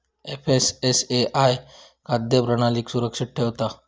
FSSAI खाद्य प्रणालीक सुरक्षित ठेवता